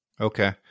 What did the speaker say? Okay